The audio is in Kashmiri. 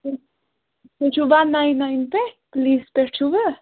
تُہۍ چھُو وَن نایِن نایِن پٮ۪ٹھ پُلیٖس پٮ۪ٹھ چھُوٕ